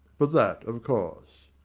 but that, of course.